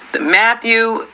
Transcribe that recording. Matthew